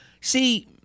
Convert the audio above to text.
see